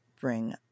bring